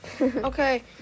Okay